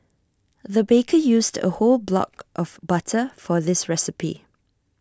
the baker used A whole block of butter for this recipe